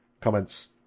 Comments